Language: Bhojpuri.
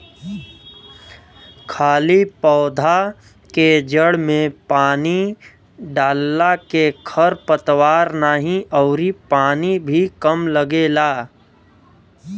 खाली पौधा के जड़ में पानी डालला के खर पतवार नाही अउरी पानी भी कम लगेला